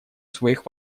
своих